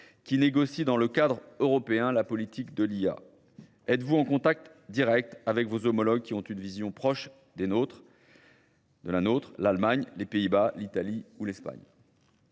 qui négocient dans le cadre européen la politique de l'IA ? Êtes-vous en contact direct avec vos homologues qui ont une vision proche des nôtres ? de la nôtre, l'Allemagne, les Pays-Bas, l'Italie ou l'Espagne.